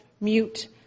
mute